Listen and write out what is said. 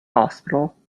hospital